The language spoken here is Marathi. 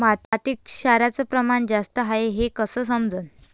मातीत क्षाराचं प्रमान जास्त हाये हे कस समजन?